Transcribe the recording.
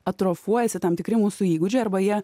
atrofuojasi tam tikri mūsų įgūdžiai arba jie